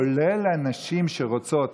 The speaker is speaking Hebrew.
כולל הנשים שרוצות.